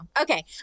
Okay